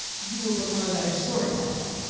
you will become a better storyteller.